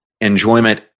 enjoyment